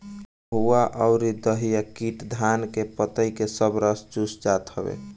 महुआ अउरी दहिया कीट धान के पतइ के सब रस चूस जात हवे